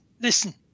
listen